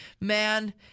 man